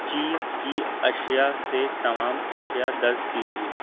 چیز کی اشیا سے تمام اشیا درج کیجیے